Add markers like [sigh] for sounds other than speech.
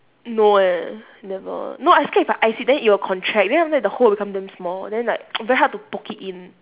no eh never no I scared if I ice it then it'll contract then after that the hole will become damn small then like [noise] very hard to poke it in